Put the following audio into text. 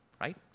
right